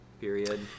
period